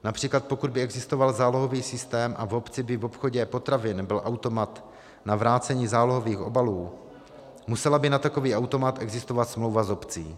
Například pokud by existoval zálohový systém a v obci by v obchodě potravin byl automat na vrácení zálohových obalů, musela by na takový automat existovat smlouva s obcí.